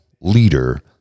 leader